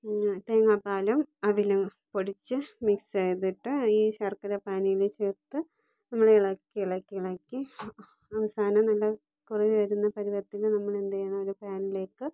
തേങ്ങാപ്പാലും അവിലും പൊടിച്ച് മിക്സ് ചെയ്തിട്ട് ഈ ശർക്കരപ്പാനിയിൽ ചേർത്ത് നമ്മൾ ഇളക്കി ഇളക്കി ഇളക്കി അവസാനം നല്ല കുറുകിവരുന്ന പരുവത്തിൽ നമ്മൾ എന്ത് ചെയ്യണം ഒരു പാനിലേയ്ക്ക്